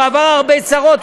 הוא עבר הרבה צרות,